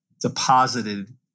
deposited